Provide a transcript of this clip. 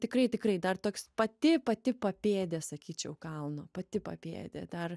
tikrai tikrai dar toks pati pati papėdė sakyčiau kalno pati papėdė dar